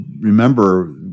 remember